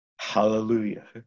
Hallelujah